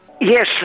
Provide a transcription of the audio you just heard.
Yes